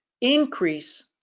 increase